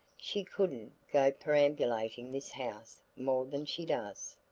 she could'nt go peramberlating this house more than she does.